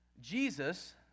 Jesus